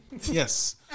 Yes